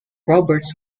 roberts